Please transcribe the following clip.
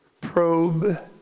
probe